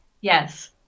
Yes